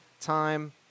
time